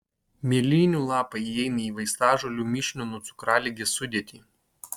mėlynių lapai įeina į vaistažolių mišinių nuo cukraligės sudėtį